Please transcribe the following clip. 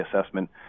assessment